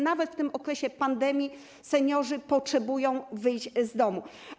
Nawet w okresie pandemii seniorzy potrzebują wyjść z domu.